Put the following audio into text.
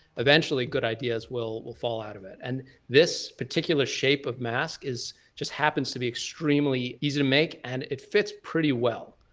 eventually good ideas will will fall out of it. and this particular shape of mask just happens to be extremely easy to make. and it fits pretty well.